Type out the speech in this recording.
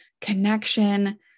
connection